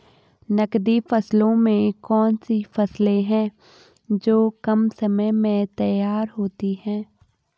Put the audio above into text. नकदी फसलों में कौन सी फसलें है जो कम समय में तैयार होती हैं?